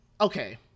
okay